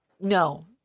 No